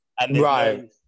right